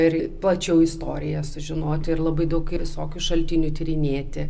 ir plačiau istoriją sužinoti ir labai daug visokių šaltinių tyrinėti